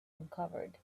uncovered